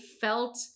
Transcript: felt